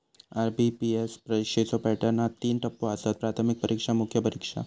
IBPS परीक्षेच्यो पॅटर्नात तीन टप्पो आसत, प्राथमिक परीक्षा, मुख्य परीक्षा